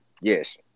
yes